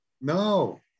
No